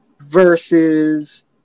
versus